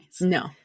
No